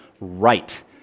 right